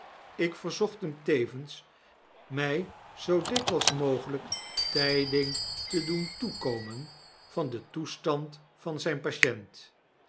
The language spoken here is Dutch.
ik verzocht hem tevens my zoo dikwyls mogelyk tiding te doen toekomen van den toestand van zyn patient